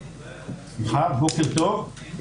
בוקר טוב.